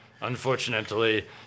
Unfortunately